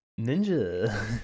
Ninja